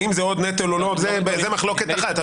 האם זה עוד נטל או לא זה מחלוקת אחת.